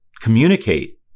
communicate